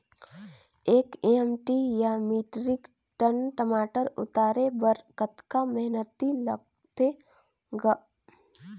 एक एम.टी या metric tonne टमाटर उतारे बर कतका मेहनती लगथे ग?